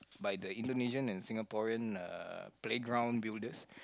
by the Indonesian and Singaporean uh play ground builders